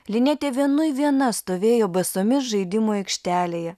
linetė vienui viena stovėjo basomis žaidimų aikštelėje